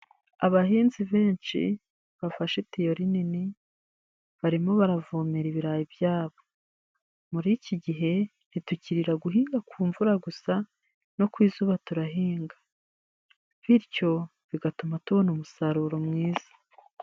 Abahinzi benshi bafashe itiyo rinini, barimo baravomera ibirayi byabo; muri iki gihe ntitukirira guhinga ku mvura gusa no ku izuba turahinga, bityo bigatuma tubona umusaruro mwiza.